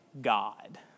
God